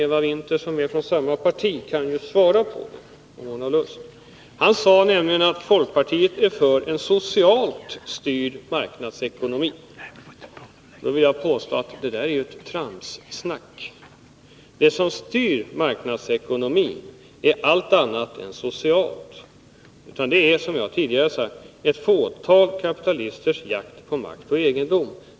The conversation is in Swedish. Eva Winther, som är från samma parti, kan väl svara om hon har lust. Han sade att folkpartiet är för en socialt styrd marknadsekonomi. Jag vill påstå att det är trams! Det som styr marknadsekonomin är allt annat än sociala strävanden — det är, som jag tidigare sagt, ett fåtal kapitalisters jakt på makt och egendom.